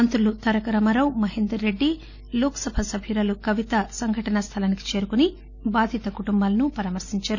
మంత్రులు తారక రామారావు మహేందర్ రెడ్డి లోక్ సభ సభ్యురాలు కవిత సంఘటనా స్థలానికి చేరుకుని బాధిత కుటుంబాలను పరామర్పించారు